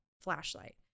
flashlight